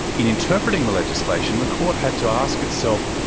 in interpreting the legislation, the court had to ask itself,